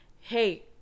hey